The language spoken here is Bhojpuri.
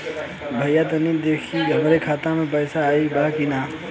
भईया तनि देखती हमरे खाता मे पैसा आईल बा की ना?